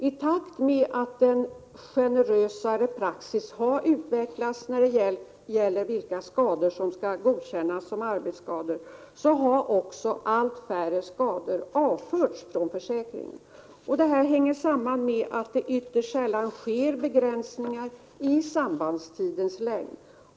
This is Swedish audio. I takt med att en generösare praxis har utvecklats när det gäller vilka skador som skall godkännas som arbetsskador har också allt färre skador avförts från försäkringen. Detta hänger samman med att det ytterst sällan sker begränsningar i sambandstidens längd.